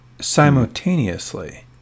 simultaneously